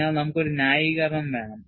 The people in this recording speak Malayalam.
അതിനാൽ നമുക്ക് ഒരു ന്യായീകരണം വേണം